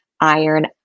iron